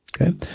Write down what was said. okay